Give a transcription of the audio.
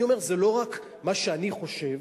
אני אומר, זה לא רק מה שאני חושב,